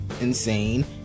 insane